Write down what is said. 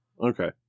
Okay